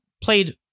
played